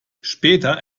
später